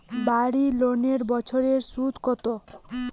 বাড়ি লোনের বছরে সুদ কত?